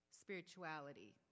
spirituality